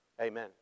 Amen